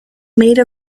made